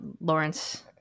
Lawrence